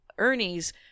Ernie's